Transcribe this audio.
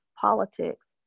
politics